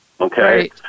okay